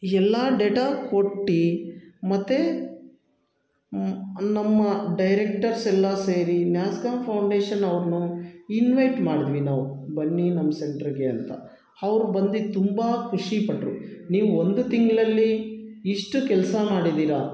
ಎಲ್ಲ ಡೇಟ ಕೊಟ್ಟು ಮತ್ತೆ ನಮ್ಮ ಡೈರೆಕ್ಟರ್ಸ್ ಎಲ್ಲ ಸೇರಿ ನ್ಯಾಸ್ಕಾಮ್ ಫೌಂಡೇಶನ್ ಅವ್ರನ್ನು ಇನ್ವಯ್ಟ್ ಮಾಡಿದ್ವಿ ನಾವು ಬನ್ನಿ ನಮ್ಮ ಸೆಂಟ್ರಗೆ ಅಂತ ಅವ್ರು ಬಂದು ತುಂಬ ಖುಷಿ ಪಟ್ಟರು ನೀವು ಒಂದು ತಿಂಗಳಲ್ಲಿ ಇಷ್ಟು ಕೆಲಸ ಮಾಡಿದ್ದೀರ